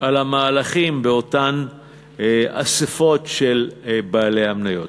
על המהלכים באותן אספות של בעלי המניות.